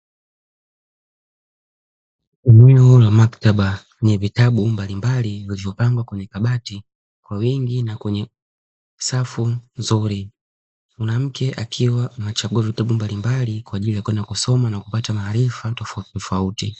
Eneo la maktaba lenye vitabu mbalimbali vilivyopangwa kwenye kabati kwa wingi na kwenye safu nzuri, mwanamke akiwa anachagua vitabu mbalimbali kwa ajili ya kwenda kusoma na kupata maarifa tofautitofauti.